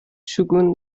شگون